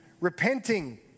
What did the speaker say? Repenting